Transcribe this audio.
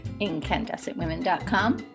incandescentwomen.com